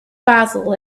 basil